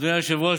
אדוני היושב-ראש,